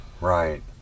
right